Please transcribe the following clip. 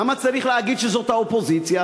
למה צריך להגיד שזאת האופוזיציה?